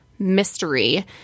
mystery